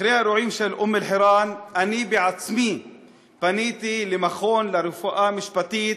אחרי האירועים של אום-אלחיראן אני עצמי פניתי למכון לרפואה משפטית,